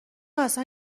اصلا